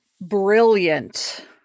Brilliant